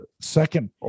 Second